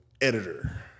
editor